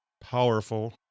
Powerful